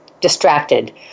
distracted